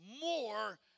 more